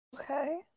Okay